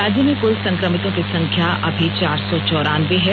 राज्य में कुल संक्रमितों की संख्या अभी चार सौ चौरानबे है